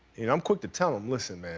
you know i'm quick to tell him, listen, man,